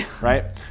Right